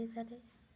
ଓଡ଼ିଶାରେ